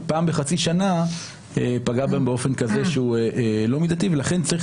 ופעם בחצי שנה פגעה בהם באופן כזה שהוא לא מידתי ולכן,